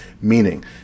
meaning